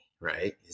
right